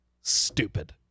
Stupid